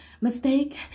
mistake